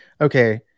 okay